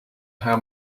how